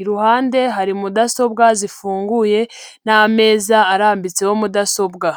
Iruhande hari mudasobwa zifunguye n'ameza arambitseho mudasobwa.